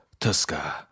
tuska